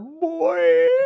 boy